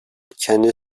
kendi